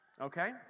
okay